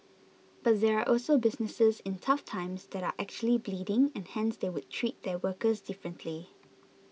but there are also businesses in tough times that are actually bleeding and hence they would treat their workers differently